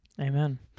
Amen